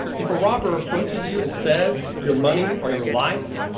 if a robber approaches you and says your money or your life,